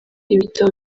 ibitabo